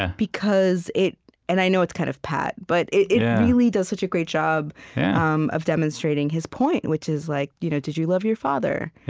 ah because it and i know it's kind of pat, but it really does such a great job um of demonstrating his point, which is, like you know did you love your father?